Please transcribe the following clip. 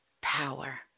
power